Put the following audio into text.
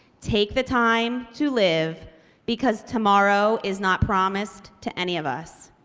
take the time to live because tomorrow is not promised to any of us.